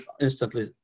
instantly